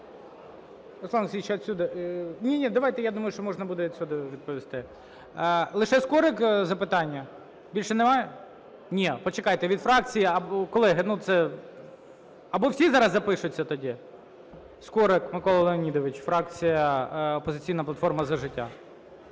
давайте, я думаю, що можна буде отсюда відповісти. Лише Скорик запитання, більше немає? Ні, почекайте, від фракції, колеги, ну, це… Або всі зараз запишуться тоді. Скорик Микола Леонідович, фракція "Опозиційна платформа - За життя".